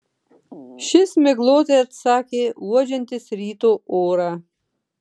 šis miglotai atsakė uodžiantis ryto orą